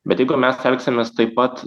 bet jeigu mes elgsimės taip pat